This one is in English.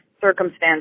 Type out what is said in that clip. circumstances